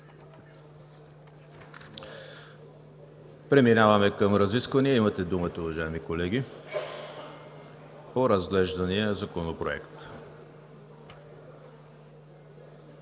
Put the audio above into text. Преминаваме към разисквания. Имате думата, уважаеми колеги, по разглеждания законопроект.